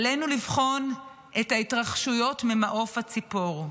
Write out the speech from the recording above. עלינו לבחון את ההתרחשויות ממעוף הציפור,